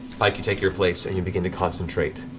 pike, you take your place. and you begin to concentrate.